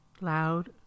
Loud